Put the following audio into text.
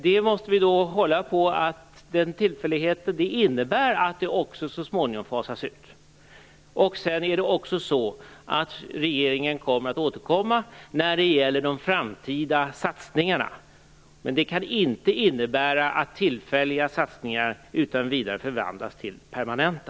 Vi måste hålla på att utbildningens tillfälliga natur innebär att den så småningom fasas ut. Regeringen skall vidare återkomma om de framtida satsningarna, men det kan inte innebära att tillfälliga satsningar utan vidare förvandlas till permanenta.